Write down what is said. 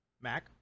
Mac